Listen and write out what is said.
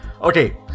Okay